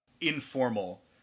informal